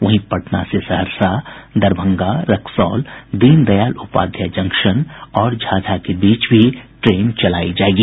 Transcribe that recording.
वहीं पटना से सहरसा दरभंगा रक्सौल दीनदयाल उपाध्याय जंक्शन और झाझा के बीच भी ट्रेन चलाई जाएगी